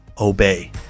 obey